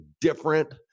different